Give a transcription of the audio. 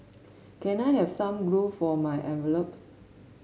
can I have some glue for my envelopes